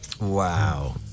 Wow